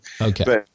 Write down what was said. Okay